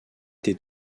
été